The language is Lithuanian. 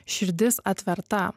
širdis atverta